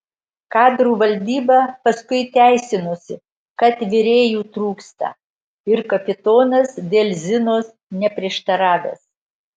kadrų valdyba paskui teisinosi kad virėjų trūksta ir kapitonas dėl zinos neprieštaravęs